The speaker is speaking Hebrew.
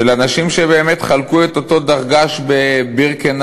אנשים שבאמת חלקו את אותו דרגש בבירקנאו,